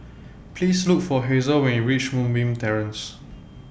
Please Look For Hazel when YOU REACH Moonbeam Terrace